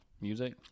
music